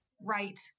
right